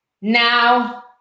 now